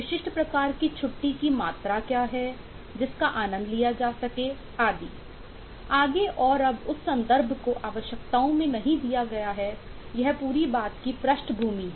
विशिष्ट प्रकार की छुट्टी की मात्रा क्या है जिसका आनंद लिया जा सके आदि आगे और अब उस संदर्भ को आवश्यकताओं में नहीं दिया गया है यह पूरी बात की पृष्ठभूमि है